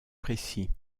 précis